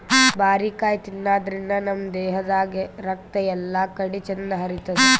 ಬಾರಿಕಾಯಿ ತಿನಾದ್ರಿನ್ದ ನಮ್ ದೇಹದಾಗ್ ರಕ್ತ ಎಲ್ಲಾಕಡಿ ಚಂದ್ ಹರಿತದ್